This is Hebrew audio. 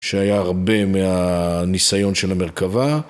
שהיה הרבה מה...ניסיון של המרכבה,